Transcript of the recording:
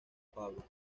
pablo